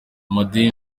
madini